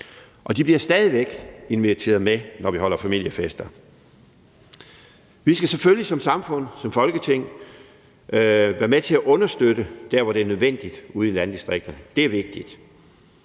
og de bliver stadig væk inviteret med, når vi holder familiefester. Vi skal selvfølgelig som samfund og som Folketing være med til at understøtte det der, hvor det er nødvendigt ude i landdistrikterne. Det er vigtigt.